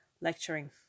lecturing